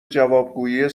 جوابگویی